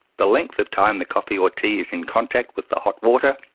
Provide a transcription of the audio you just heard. the length of time the coffee or tea is in contact with the hot water,